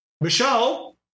michelle